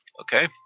Okay